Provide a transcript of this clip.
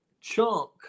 chunk